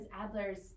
Adler's